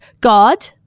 God